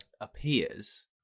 appears